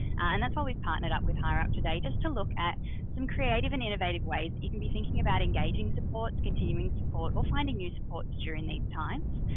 and that's why we've partnered up with hireup today just to look at some creative and innovative ways that you can be thinking about engaging supports, continuing supports or finding new supports during these times,